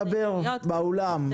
התקנות העיקריות),